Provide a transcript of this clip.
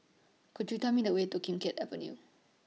Could YOU Tell Me The Way to Kim Keat Avenue